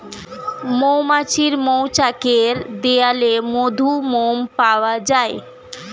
মৌমাছির মৌচাকের দেয়ালে মধু, মোম পাওয়া যায়